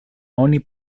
oni